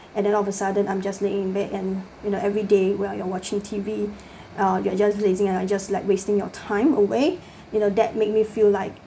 and then all of a sudden I'm just laying in bed and you know every day well you're watching T_V uh you are just lazing around just like wasting your time away you know that make me feel like